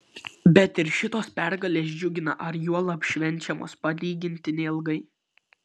bet ir šitos pergalės džiugina ar juolab švenčiamos palyginti neilgai